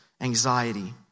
anxiety